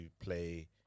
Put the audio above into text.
play